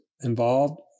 involved